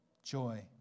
Joy